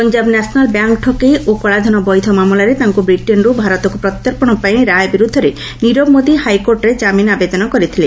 Punjab national bank ଠକେଇ ଓ କଳାଧନ ବୈଧ ମାମଲାରେ ତାଙ୍କୁ ବ୍ରିଟେନ୍ରୁ ଭାରତକୁ ପ୍ରତ୍ୟର୍ପଣ ପାଇଁ ରାୟ ବିରୁଦ୍ଧରେ ନିରବ ମୋଦି ହାଇକୋର୍ଟରେ କାମିନ୍ ଆବେଦନ କରିଥିଲେ